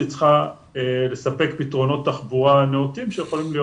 היא צריכה לספק פתרונות תחבורה נאותים שיכולים להיות